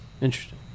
Interesting